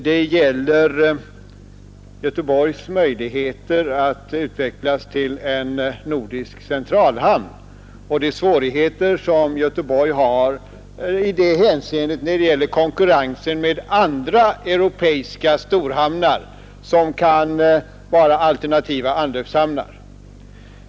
Det gäller Göteborgs möjligheter att utvecklas till en nordisk centralhamn och de svårigheter som Göteborg har i det hänseendet i konkurrensen med andra europeiska storhamnar, som kan fungera som alternativa anlöpshamnar.